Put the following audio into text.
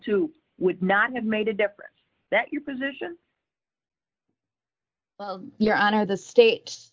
two would not have made a difference that your position your honor the state